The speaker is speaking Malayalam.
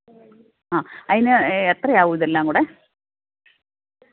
ആ അതിന് എത്ര ആവും ഇതെല്ലാം കൂടെ